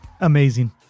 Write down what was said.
amazing